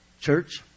Church